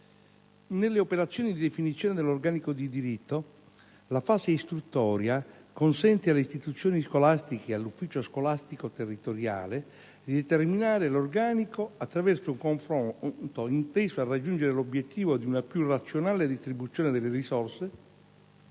Nelle operazioni di definizione dell'organico di diritto, la fase istruttoria consente alle istituzioni scolastiche e all'ufficio scolastico territoriale di determinare l'organico attraverso un confronto inteso a raggiungere l'obiettivo di una più razionale distribuzione delle risorse,